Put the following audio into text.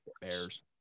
bears